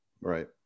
Right